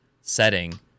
setting